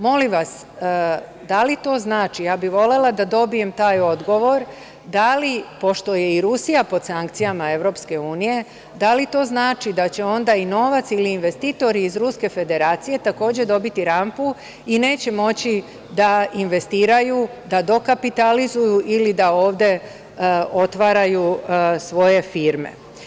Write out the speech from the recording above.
Molim vas, da li to znači, a ja bih volela da dobijem taj odgovor, da li pošto je i Rusija pod sankcijama EU, da li to znači da će onda i novac i investitori iz Ruske Federacije takođe dobiti rampu i neće moći da investiraju, da dokapitalizuju ili da ovde otvaraju svoje firme.